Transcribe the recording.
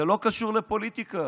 זה לא קשור לפוליטיקה.